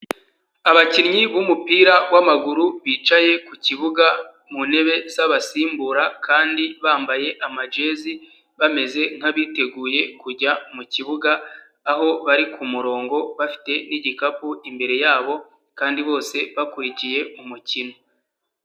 Abakinnyi b'umupira w'amaguru bicaye ku kibuga mu ntebe z'abasimbura kandi bambaye amajezi bameze nk'abiteguye kujya mu kibuga, aho bari ku murongo bafite n'igikapu, imbere yabo kandi bose bakurikiye umukino.